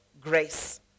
grace